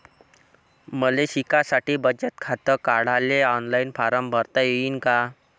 मले शिकासाठी बचत खात काढाले ऑनलाईन फारम भरता येईन का?